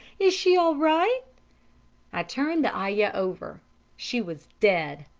is she all right i turned the ayah over she was dead!